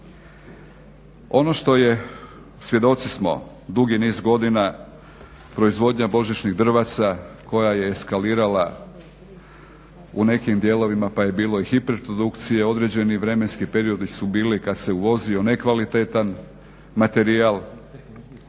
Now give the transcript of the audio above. Ono što je, svjedoci smo dugi niz godina proizvodnja božićnih drvaca koja je eskalirala u nekim dijelovima pa je bilo i hiperprodukcije, određeni vremenski periodi su bili kad se uvozio nekvalitetan materijal